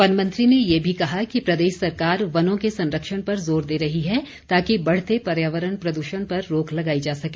वनमंत्री ने ये भी कहा कि प्रदेश सरकार वनों के संरक्षण पर जोर दे रही है ताकि बढ़ते पर्यावरण प्रद्षण पर रोक लगाई जा सके